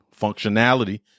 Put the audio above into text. functionality